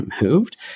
removed